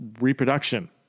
reproduction